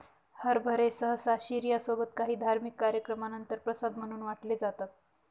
हरभरे सहसा शिर्या सोबत काही धार्मिक कार्यक्रमानंतर प्रसाद म्हणून वाटले जातात